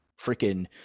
freaking